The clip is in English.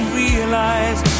realize